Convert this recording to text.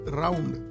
round